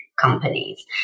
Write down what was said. companies